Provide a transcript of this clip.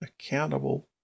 accountable